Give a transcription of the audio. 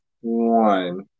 one